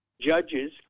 judges